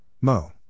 Mo